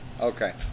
Okay